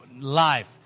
live